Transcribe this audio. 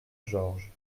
georges